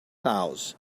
house